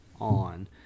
on